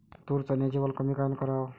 तूर, चन्याची वल कमी कायनं कराव?